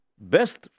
Best